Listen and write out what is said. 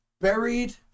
buried